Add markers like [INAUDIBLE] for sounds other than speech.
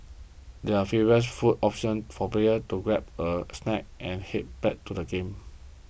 there are [UNINTELLIGIBLE] food options for players to grab a snack and head back to the game